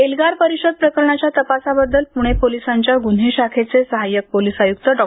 एल्गार परिषद प्रकरणाच्या तपासाबद्दल पुणे पोलिसांच्या गुन्हे शाखेचे सहायक पोलीस आयुक्त डॉ